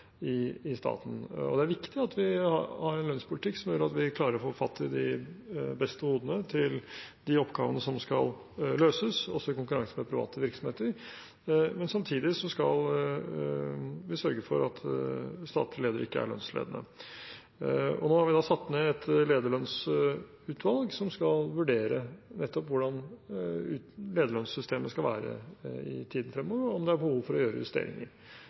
i staten. Det er viktig at vi har en lønnspolitikk som gjør at vi klarer å få fatt i de beste hodene til de oppgavene som skal løses, også i konkurranse med private virksomheter. Samtidig skal vi sørge for at statlige ledere ikke er lønnsledende. Nå har vi satt ned et lederlønnsutvalg som skal vurdere nettopp hvordan lederlønnssystemet skal være i tiden fremover, og om det er behov for å gjøre justeringer.